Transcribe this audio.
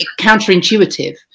counterintuitive